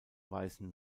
weißen